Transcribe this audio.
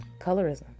colorism